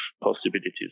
possibilities